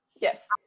Yes